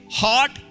hot